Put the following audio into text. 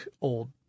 old